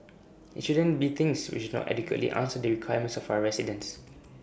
IT shouldn't be things which not adequately answer the requirements of our residents